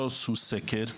לא עשו סקר.